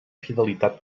fidelitat